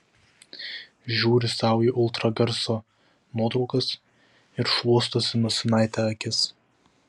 žiūri sau į ultragarso nuotraukas ir šluostosi nosinaite akis